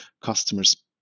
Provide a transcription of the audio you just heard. customers